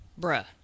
bruh